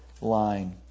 line